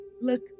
Look